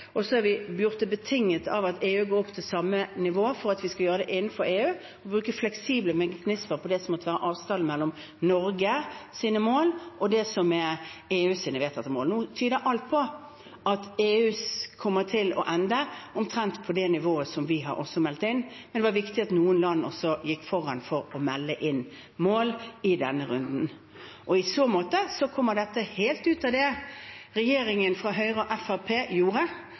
og så har vi gjort det betinget av at EU går opp til samme nivå for at vi skal gjøre det innenfor EU, og bruke fleksible mekanismer på det som måtte være avstanden mellom Norges mål, og det som er EUs vedtatte mål. Nå tyder alt på at EU kommer til å ende omtrent på det nivået som vi har meldt inn, men det var viktig at noen land gikk foran i å melde inn mål i denne runden. I så måte kommer dette helt ut av det regjeringen fra Høyre og Fremskrittspartiet gjorde